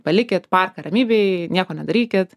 palikit parką ramybėj nieko nedarykit